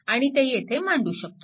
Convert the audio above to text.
आणि ते येथे मांडू शकतो